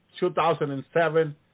2007